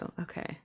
Okay